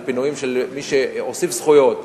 על זה שהוסיף זכויות